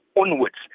onwards